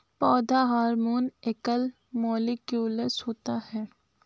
पौधा हार्मोन एकल मौलिक्यूलस होता है